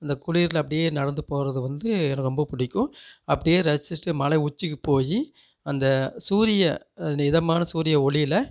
இந்த குளிரில் அப்படியே நடந்து போகறது வந்து எனக்கு ரொம்ப பிடிக்கும் அப்படியே ரசிச்சிவிட்டு மலை உச்சிக்கு போய் அந்த சூரிய அந்த இதமான சூரிய ஒளியில்